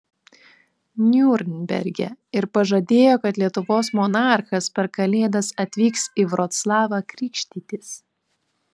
niurnberge ir pažadėjo kad lietuvos monarchas per kalėdas atvyks į vroclavą krikštytis